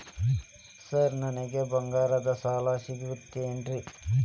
Sir ನನಗೆ ಬಂಗಾರದ್ದು ಸಾಲ ಸಿಗುತ್ತೇನ್ರೇ?